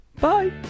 Bye